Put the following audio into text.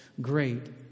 great